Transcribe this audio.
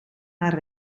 haar